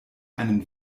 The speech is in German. einen